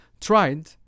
tried